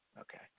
Okay